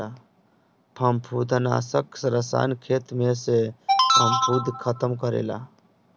फंफूदनाशक रसायन खेत में से फंफूद खतम करेला